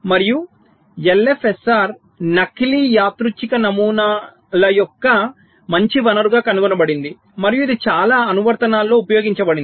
మరియు LFSR నకిలీ యాదృచ్ఛిక నమూనాల యొక్క మంచి వనరుగా కనుగొనబడింది మరియు ఇది చాలా అనువర్తనాలలో ఉపయోగించబడింది